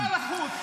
אתה לחוץ,